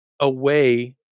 away